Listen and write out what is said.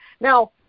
Now